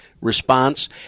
response